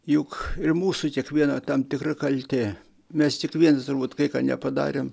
juk ir mūsų kiekvieno tam tikra kaltė mes tik vienas turbūt kai ką nepadarėm